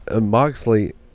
Moxley